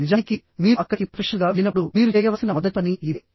నిజానికి మీరు అక్కడికి ప్రొఫెషనల్గా వెళ్ళినప్పుడు మీరు చేయవలసిన మొదటి పని ఇదే